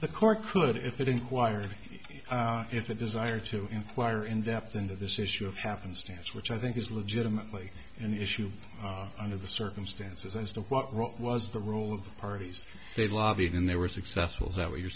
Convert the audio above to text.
the court could if it inquired if a desire to inquire in depth into this issue of happenstance which i think is legitimately an issue under the circumstances as to what was the rule of the parties they lobbied and they were successful is that what you're